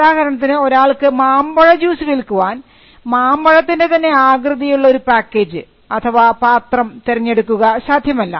ഉദാഹരണത്തിന് ഒരാൾക്ക് മാമ്പഴ ജ്യൂസ് വിൽക്കുവാൻ മാമ്പഴത്തിൻറെ തന്നെ ആകൃതിയുള്ള ഒരു പാക്കേജ് അഥവാ പാത്രം തെരഞ്ഞെടുക്കുക സാധ്യമല്ല